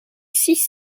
six